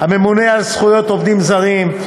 11. הממונה על זכויות עובדים זרים,